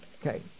okay